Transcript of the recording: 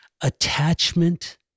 attachment